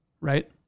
right